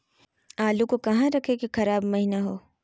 आलू को कहां रखे की खराब महिना हो?